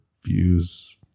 views